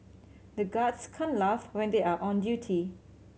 the guards can laugh when they are on duty